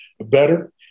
better